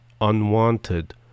Unwanted